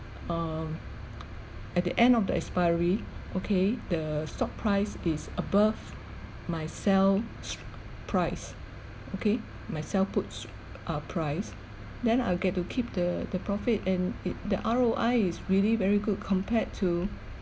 um at the end of the expiry okay the stock price is above my sell str~ price okay my sell put our s~ uh price then I'll get to keep the the profit and it the R_O_I is really very good compared to